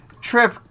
trip